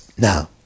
Now